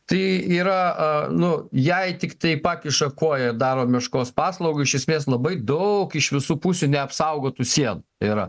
tai yra nu jei tiktai pakiša koją daro meškos paslaugą iš esmės labai daug iš visų pusių neapsaugotų sienų yra